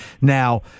Now